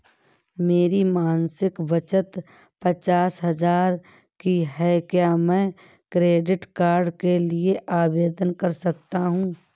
मेरी मासिक बचत पचास हजार की है क्या मैं क्रेडिट कार्ड के लिए आवेदन कर सकता हूँ?